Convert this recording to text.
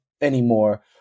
anymore